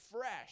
fresh